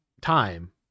time